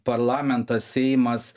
parlamentas seimas